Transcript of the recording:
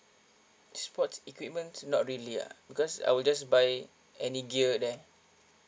sports equipments not really ah because I will just buy any gear there